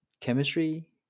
chemistry